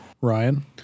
Ryan